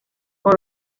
con